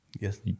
yes